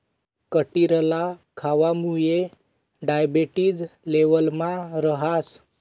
कटिरला खावामुये डायबेटिस लेवलमा रहास